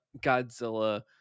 godzilla